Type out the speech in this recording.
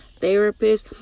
Therapists